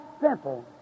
simple